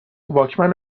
واکمن